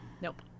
nope